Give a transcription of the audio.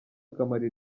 akamaro